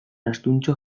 astuntxo